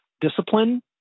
discipline